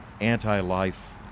anti-life